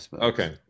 Okay